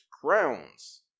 crowns